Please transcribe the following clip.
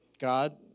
God